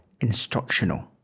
instructional